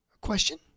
question